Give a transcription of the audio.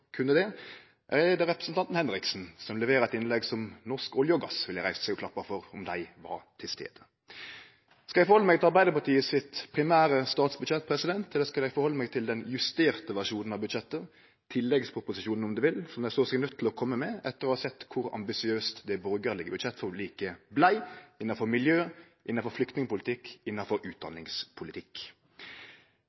kunne det? Eller er det representanten Henriksen, som leverer eit innlegg som Norsk olje og gass ville reist seg og klappa for, om dei var til stades? Skal eg halde meg til Arbeidarpartiets primære statsbudsjett, eller skal eg halde meg til den justerte versjonen av budsjettet – tilleggsproposisjonen, om ein vil – som dei såg seg nøydde til å kome med etter å ha sett kor ambisiøst det borgarlege budsjettforliket vart innanfor miljø, innanfor flyktningpolitikk og innanfor